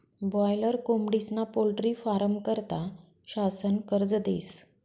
boiler कोंबडीस्ना poultry फारमं करता शासन कर्ज देस